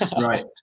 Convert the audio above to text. right